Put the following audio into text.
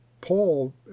Paul